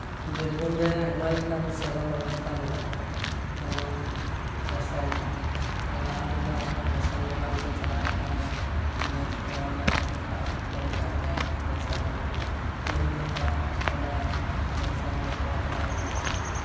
ᱵᱤᱨᱵᱷᱩᱢ ᱨᱮ ᱟᱭᱢᱟᱞᱮᱠᱟᱱ ᱥᱮᱵᱟ ᱵᱮᱵᱚᱥᱛᱟ ᱢᱮᱱᱟᱜ ᱟᱠᱟᱫᱟ ᱡᱮᱢᱚᱱ ᱨᱮᱥᱚᱢ ᱛᱚ ᱞᱟᱦᱟ ᱛᱮᱫᱚ ᱨᱮᱥᱚᱢ ᱫᱚᱠᱟᱱ ᱠᱚ ᱪᱟᱞᱟᱣᱮᱫ ᱠᱟᱱᱛᱟᱦᱮᱸᱫᱼᱟ ᱵᱚᱭᱮᱥᱠᱚ ᱦᱚᱲᱫᱚ ᱵᱟᱠᱚ ᱪᱟᱞᱟᱣ ᱫᱟᱲᱮᱭᱟᱜ ᱠᱟᱱ ᱛᱟᱦᱮᱸᱫᱼᱟ ᱨᱮᱥᱚᱢ ᱟᱹᱜᱩ ᱛᱤᱦᱤᱧ ᱜᱟᱯᱟ ᱚᱱᱟ ᱨᱮᱥᱚᱢ ᱫᱚ ᱚᱲᱟᱜ ᱚᱲᱟᱜ ᱦᱤᱡᱩᱜ ᱠᱟᱱᱟ